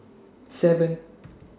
seven